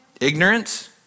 Ignorance